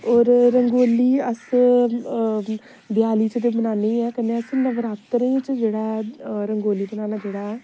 होर रंगोली अस देआली च ते बनान्ने गै आं कन्नै अस नवरात्रे च जेह्ड़ा ऐ रंगोली बनाना जेह्ड़ा ऐ